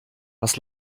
was